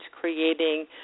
creating